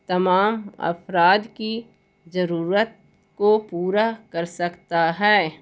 تمام افراد کی ضرورت کو پورا کر سکتا ہے